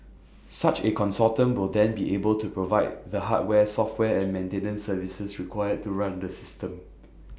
such A consortium will then be able to provide the hardware software and maintenance services required to run this system